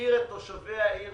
להחזיר את תושבי העיר